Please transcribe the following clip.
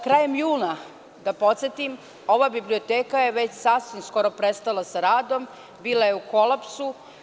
Krajem juna, da podsetim, ova biblioteka je već sasvim skoro prestala sa radom, bila je u kolapsu.